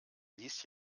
ließ